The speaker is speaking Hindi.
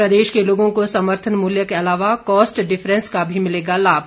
प्रदेश के लोगों को समर्थन मूल्य के अलावा कॉस्ट डिफरेंस का भी मिलेगा लाभ